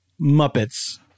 Muppets